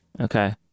Okay